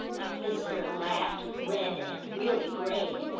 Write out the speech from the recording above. my visitor laughed, red and really grave.